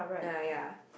uh ya